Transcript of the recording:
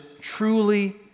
truly